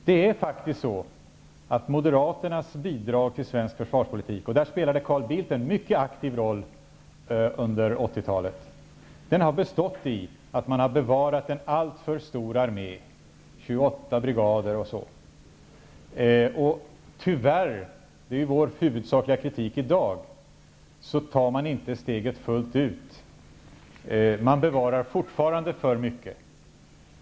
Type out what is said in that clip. Det är faktiskt så att Moderaternas bidrag till svensk försvarspolitik -- där Carl Bildt spelade en mycket aktiv roll under 80-talet -- har bestått i att man har bevarat en alltför stor armé, med 28 brigader, m.m. Tyvärr -- det är vår huvudsakliga kritik i dag -- tar man inte steget fullt ut, utan man bevarar fortfarande för mycket.